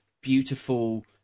beautiful